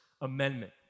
Amendment